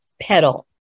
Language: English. pedal